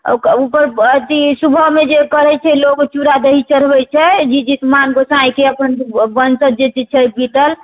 ओकर अथी सुबहमे जे करै छै लोक चूड़ा दही चढ़बै छै जितुवाहन गोसाईंके अपन जे वंशज जे छै जे बीतल